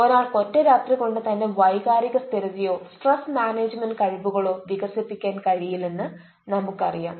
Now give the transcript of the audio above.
ഒരാൾക്ക് ഒറ്റരാത്രികൊണ്ട് തന്റെ വൈകാരിക സ്ഥിരതയോ സ്ട്രെസ് മാനേജ്മെന്റ് കഴിവുകളോ വികസിപ്പിക്കാൻ കഴിയില്ലെന്ന് നമുക്കറിയാം